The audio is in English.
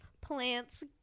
Plants